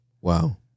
Wow